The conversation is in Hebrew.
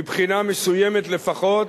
מבחינה מסוימת לפחות,